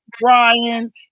Brian